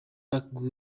park